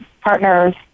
partners